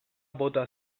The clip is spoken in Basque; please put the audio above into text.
bota